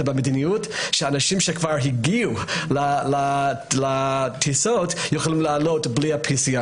ואנשים שכבר הגיעו לטיסות יכולים לעלות בלי ה-PCR.